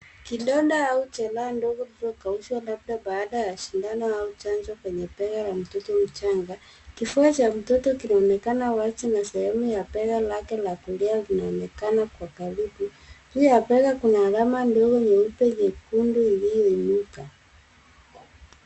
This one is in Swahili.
Kidonda au jeraha ndogo iliyokaushwa, labda baada ya shindano au chanjo kwenye bega la mtoto mchanga. Kifua cha mtoto kinaonekana wazi na sehemu ya bega lake la kulia vinaonekana kwa karibu. Juu ya bega kuna alama ndogo nyeupe nyekundu, iliyoinuka.